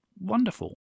wonderful